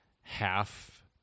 half